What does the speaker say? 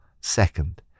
second